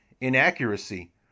inaccuracy